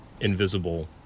invisible